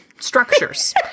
structures